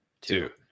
Two